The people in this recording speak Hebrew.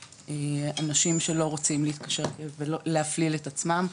ואנשים שלא רוצים להתקשר ולהפליל את עצמם,